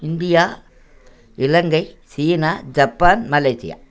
India Ilangai சீனா Japan Malaysia